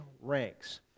ranks